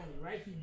right